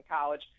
college